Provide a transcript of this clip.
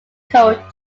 code